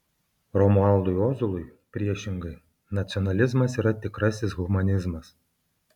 romualdui ozolui priešingai nacionalizmas yra tikrasis humanizmas